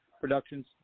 productions